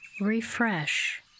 Refresh